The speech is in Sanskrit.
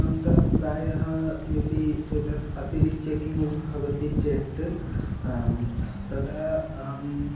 अनन्तरं प्रायः यदि एतत् अतिरिच्य किमपि भवति चेत् तदा अहं